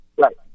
Right